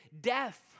death